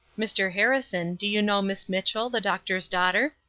mr. harrison, do you know miss mitchell, the doctor's daughter?